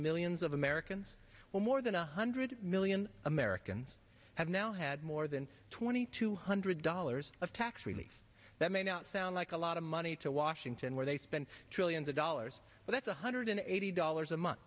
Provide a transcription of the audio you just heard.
millions of americans well more than a hundred million americans have now had more than twenty two hundred dollars of tax relief that may not sound like a lot of money to washington where they spend trillions of dollars but that's a hundred and eighty dollars a month